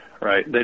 right